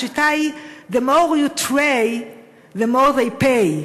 השיטה היא: the more you slay the more they pay.